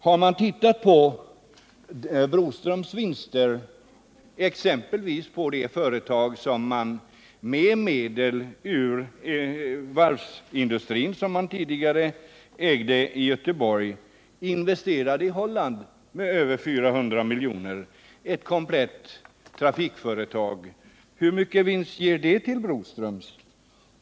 Har man tittat på Broströms vinster exempelvis i det kompletta trafikföretag i Holland i vilket Broströms investerade över 400 miljoner av medel från den varvsindustri som man tidigare ägde i Göteborg? Hur mycket vinst ger det till Broströms?